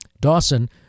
Dawson